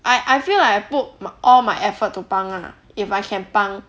I I feel like I put my all my effort to 帮 ah if I can 帮